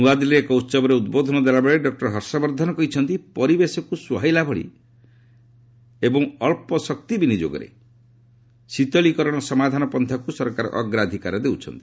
ନଆଦିଲ୍ଲୀରେ ଏକ ଉହବରେ ଉଦ୍ବୋଧନ ଦେଲାବେଳେ ଡକ୍ଟର ହର୍ଷବର୍ଦ୍ଧନ କହିଛନ୍ତି ପରିବେଶକୁ ସୁହାଇଲା ଭଳି ଏବଂ ଅକ୍ଷ ଶକ୍ତି ବିନିଯୋଗରେ ଶୀତଳୀକରଣ ସମାଧାନ ପନ୍ଥାକୁ ସରକାର ଅଗ୍ରାଧିକାର ଦେଉଛନ୍ତି